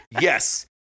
Yes